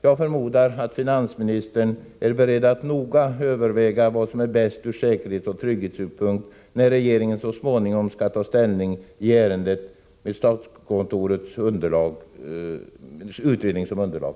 Jag förmodar att finansministern är beredd att noga överväga vad som är bäst ur säkerhetsoch trygghetssynpunkt när regeringen så småningom skall ta ställning i ärendet med statskontorets utredning som underlag.